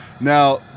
now